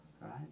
right